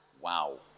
Wow